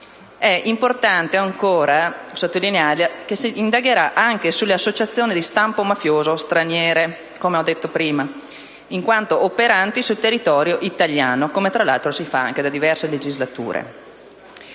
È importante ancora sottolineare che si indagherà anche sulle associazioni di stampo mafioso straniere, come ho detto prima, in quanto operanti sul territorio italiano, come tra l'altro si fa anche da diverse legislature.